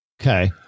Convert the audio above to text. Okay